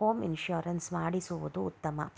home insurance ಮಾಡಿಸುವುದು ಉತ್ತಮ